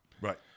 Right